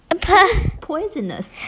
Poisonous